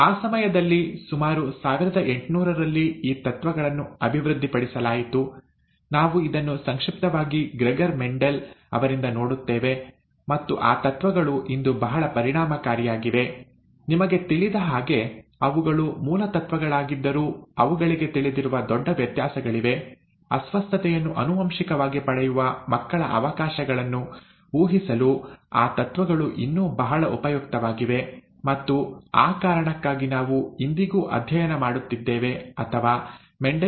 ಆ ಸಮಯದಲ್ಲಿ ಸುಮಾರು 1800ರಲ್ಲಿ ಈ ತತ್ವಗಳನ್ನು ಅಭಿವೃದ್ಧಿಪಡಿಸಲಾಯಿತು ನಾವು ಇದನ್ನು ಸಂಕ್ಷಿಪ್ತವಾಗಿ ಗ್ರೆಗರ್ ಮೆಂಡೆಲ್ ಅವರಿಂದ ನೋಡುತ್ತೇವೆ ಮತ್ತು ಆ ತತ್ವಗಳು ಇಂದು ಬಹಳ ಪರಿಣಾಮಕಾರಿಯಾಗಿವೆ ನಿಮಗೆ ತಿಳಿದ ಹಾಗೆ ಅವುಗಳು ಮೂಲ ತತ್ವಗಳಾಗಿದ್ದರೂ ಅವುಗಳಿಗೆ ತಿಳಿದಿರುವ ದೊಡ್ಡ ವ್ಯತ್ಯಾಸಗಳಿವೆ ಅಸ್ವಸ್ಥತೆಯನ್ನು ಆನುವಂಶಿಕವಾಗಿ ಪಡೆಯುವ ಮಕ್ಕಳ ಅವಕಾಶಗಳನ್ನು ಊಹಿಸಲು ಆ ತತ್ವಗಳು ಇನ್ನೂ ಬಹಳ ಉಪಯುಕ್ತವಾಗಿವೆ ಮತ್ತು ಆ ಕಾರಣಕ್ಕಾಗಿ ನಾವು ಇಂದಿಗೂ ಅಧ್ಯಯನ ಮಾಡುತ್ತಿದ್ದೇವೆ ಅಥವಾ ಮೆಂಡೆಲಿಯನ್ ಆನುವಂಶಿಕವನ್ನು ನೋಡುತ್ತಿದ್ದೇವೆ